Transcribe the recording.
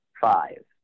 Five